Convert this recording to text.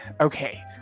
Okay